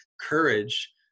courage